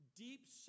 Deep